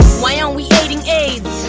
why aren't we aiding aids?